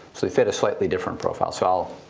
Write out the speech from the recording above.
they fit a slightly different profile. so